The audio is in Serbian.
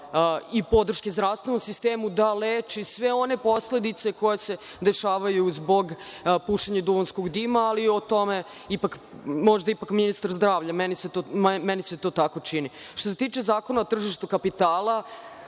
i podrške zdravstvenom sistemu, da leči sve one posledice koje se dešavaju zbog pušenja duvanskog dima, ali, o tome će možda ipak bolje da objasni ministar zdravlja. Što se tiče Zakona o tržištu kapitala,